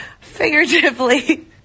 figuratively